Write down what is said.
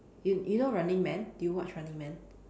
you you know running man do you watch running man